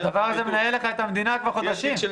הדבר הזה מנהל לך את המדינה כבר חודשים.